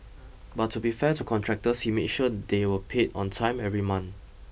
but to be fair to contractors he made sure they were paid on time every month